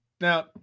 now